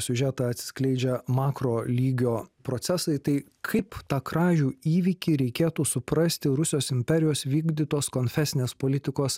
siužetą atskleidžia makrolygio procesai tai kaip tą kražių įvykį reikėtų suprasti rusijos imperijos vykdytos konfesinės politikos